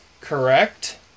Correct